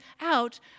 out